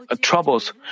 troubles